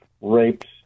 rapes